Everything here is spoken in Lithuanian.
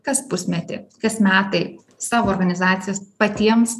kas pusmetį kas metai savo organizacijas patiems